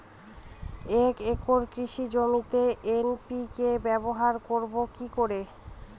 এক একর কৃষি জমিতে এন.পি.কে ব্যবহার করব কি করে?